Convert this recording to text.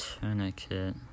tourniquet